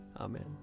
Amen